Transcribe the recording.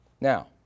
Now